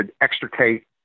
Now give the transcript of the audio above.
extricate